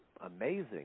amazing